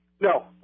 No